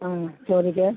ആ ചോദിക്ക്